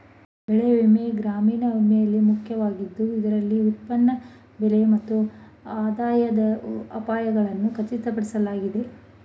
ಬೆಳೆ ವಿಮೆ ಗ್ರಾಮೀಣ ವಿಮೆಯಲ್ಲಿ ಮುಖ್ಯವಾದದ್ದು ಇದರಲ್ಲಿ ಉತ್ಪನ್ನ ಬೆಲೆ ಮತ್ತು ಆದಾಯದ ಅಪಾಯಗಳನ್ನು ಖಚಿತಪಡಿಸಲಾಗಿದೆ